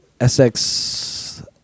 SX